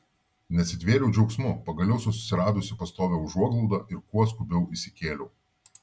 nesitvėriau džiaugsmu pagaliau susiradusi pastovią užuoglaudą ir kuo skubiau įsikėliau